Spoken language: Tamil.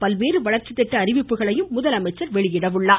பல்வேறு வளர்ச்சி திட்ட அறிவிப்புகளையும் முதலமைச்சர் வெளியிடுவார்